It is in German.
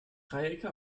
dreiecke